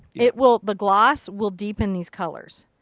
it will the gloss will deepen these colors.